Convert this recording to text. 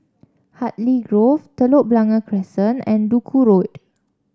Hartley Grove Telok Blangah Crescent and Duku Road